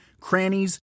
crannies